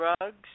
drugs